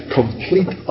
complete